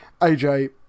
AJ